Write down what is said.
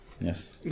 Yes